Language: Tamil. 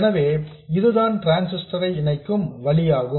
எனவே இதுதான் டிரான்சிஸ்டர் ஐ இணைக்கும் வழியாகும்